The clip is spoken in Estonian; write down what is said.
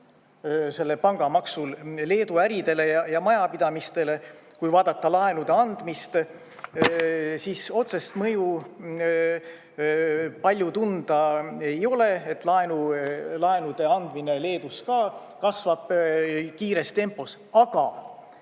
selle pangamaksul Leedu äridele ja majapidamistele, kui vaadata laenude andmist, siis otsest mõju palju tunda ei ole. Laenude andmine Leedus ka kasvab kiires tempos, aga